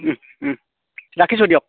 ৰাখিছোঁ দিয়ক